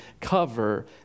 cover